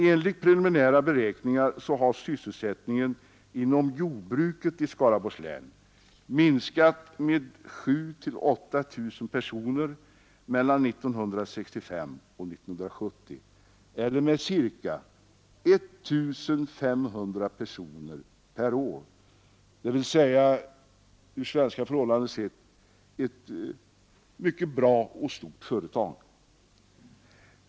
Enligt preliminära beräkningar har sysselsättningen inom jordbruket i Skaraborgs län minskat med 7 000—8 000 personer mellan 1965 och 1970 eller med cirka 1 500 personer per år, dvs. med ett efter svenska förhållanden mycket bra och stort företag per år.